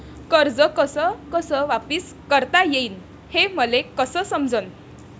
कर्ज कस कस वापिस करता येईन, हे मले कस समजनं?